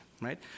right